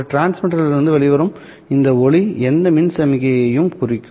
ஒரு டிரான்ஸ்மிட்டரிலிருந்து வெளிவரும் இந்த ஒளி எந்த மின் சமிக்ஞையையும் குறிக்கும்